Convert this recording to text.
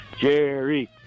Jerry